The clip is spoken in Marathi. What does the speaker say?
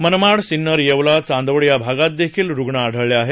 मनमाड सिन्नर येवला चांदवड या भागात देखील रुग्ण आढळले आहेत